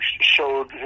showed